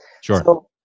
Sure